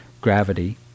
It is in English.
gravity